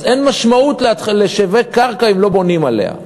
אז אין משמעות לשיווק של קרקע, אם לא בונים עליה.